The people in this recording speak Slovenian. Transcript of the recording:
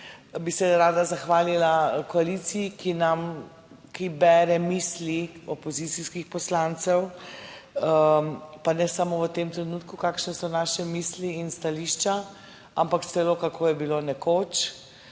bi se rada zahvalila koaliciji, ki bere misli nam, opozicijskim poslancem, pa ne samo v tem trenutku, kakšne so naše misli in stališča, ampak celo, kako je bilo nekoč,